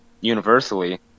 universally